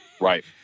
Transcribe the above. Right